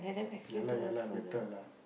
ya lah ya lah better lah